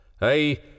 I